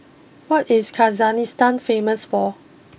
what is Kyrgyzstan famous for